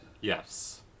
Yes